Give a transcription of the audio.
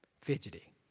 fidgety